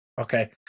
okay